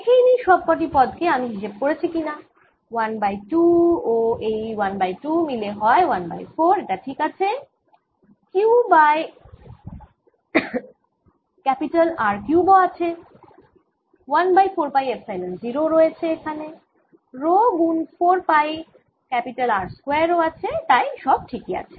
দেখেই নিই সব কটি পদ কে আমি হিসেব করেছি কি না 1 বাই 2 ও এই 1 বাই 2 মিলে হয় 1 বাই 4 এটা ঠিক আছে Q বাই R কিউব ও আছে 1 বাই 4 পাই এপসাইলন 0 রয়েছে এখানে রো গুন 4 পাই R স্কয়ার ও আছে তাই সব ঠিক ই আছে